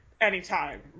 anytime